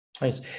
Nice